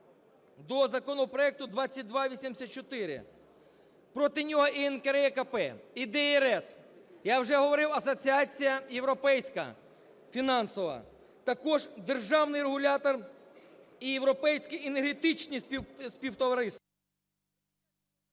до законопроекту 2284. Проти нього і НКРЕКП, і ДРС, я вже говорив, Асоціація європейська фінансова, також державний регулятор і європейські енергетичні співтовариства…